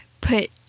put